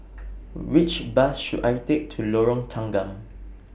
Which Bus should I Take to Lorong Tanggam